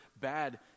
bad